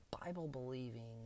Bible-believing